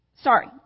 Sorry